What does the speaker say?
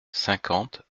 cinquante